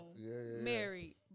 married